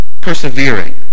persevering